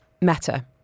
Meta